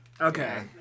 Okay